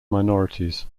minorities